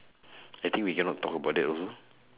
I think we cannot talk about that also